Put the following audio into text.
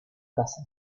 casa